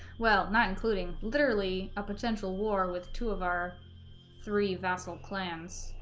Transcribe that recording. well not including literally a potential war with two of our three vassal clans